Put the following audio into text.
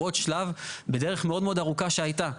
עוד שלב בדרך מאוד מאוד ארוכה שהייתה.